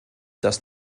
dass